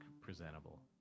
presentable